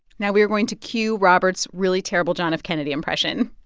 now we are going to cue robert's really terrible john f. kennedy impression.